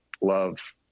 love